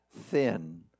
thin